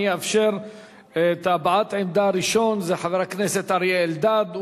אני אאפשר את הבעת העמדה הראשונה לחבר הכנסת אריה אלדד,